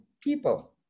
people